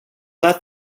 that